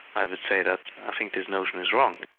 i would say that i think this notion is wrong.